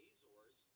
Azores